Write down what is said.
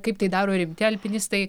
kaip tai daro rimti alpinistai